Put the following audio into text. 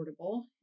affordable